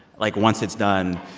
like, once it's done,